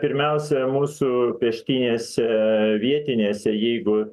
pirmiausia mūsų peštynėse vietinėse jeigu